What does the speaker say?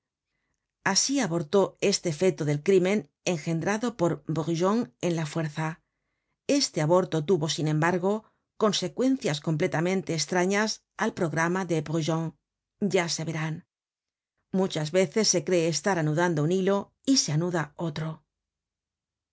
asi abortó este feto del crímen engendrado por brujon en la fuerza este aborto tuvo sin embargo consecuencias completamente estrañas al programa de brujon ya se verán muchas veces se cree estar anudando un hilo y se anuda otro